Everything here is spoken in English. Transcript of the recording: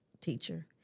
teacher